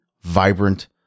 vibrant